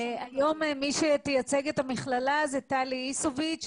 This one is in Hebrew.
היום מי שתייצג את המכללה זו טלי איסוביץ,